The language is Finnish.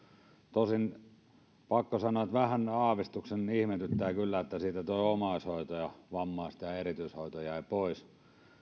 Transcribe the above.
tosin on pakko sanoa että vähän aavistuksen ihmetyttää kyllä että siitä tuo omaishoito ja vammaisten hoito ja erityishoito jäivät pois